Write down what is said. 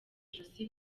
ijosi